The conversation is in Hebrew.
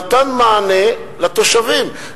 נתן מענה לתושבים,